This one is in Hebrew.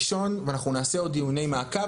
ראשון ואנחנו נקיים דיוני מעקב נוספים.